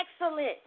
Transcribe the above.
excellent